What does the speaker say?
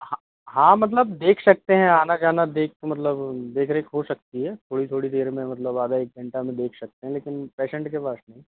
हाँ हाँ मतलब देख सकते हैं आना जाना देख के मतलब देख रेख हो सकती है थोड़ी थोड़ी देर में मतलब आधा एक घंटा में देख सकते हैं लेकिन पेशेंट के पास नहीं